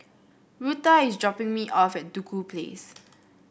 Rutha is dropping me off at Duku Place